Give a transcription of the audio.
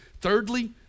Thirdly